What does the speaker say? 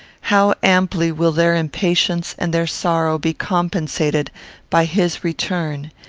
how amply will their impatience and their sorrow be compensated by his return!